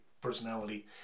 personality